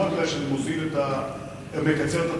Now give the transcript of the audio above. לא רק משום שזה מקצר את התקופה,